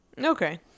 okay